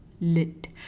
Lit